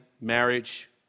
marriage